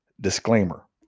disclaimer